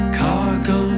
cargo